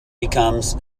becomes